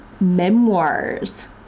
memoirs